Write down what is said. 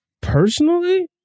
personally